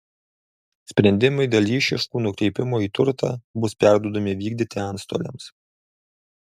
sprendimai dėl išieškų nukreipimo į turtą bus perduodami vykdyti antstoliams